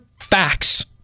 facts